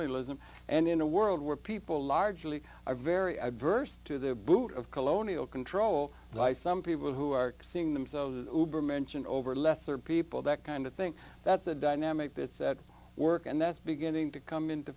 lism and in a world where people largely are very adverse to the boot of colonial control by some people who are seeing them so they are mentioned over lesser people that kind of thing that's a dynamic that's at work and that's beginning to come into